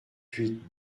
huit